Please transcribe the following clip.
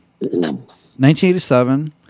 1987